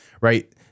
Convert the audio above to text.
right